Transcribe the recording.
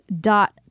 dot